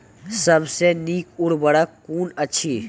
सबसे नीक उर्वरक कून अछि?